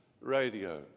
radio